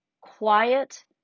quiet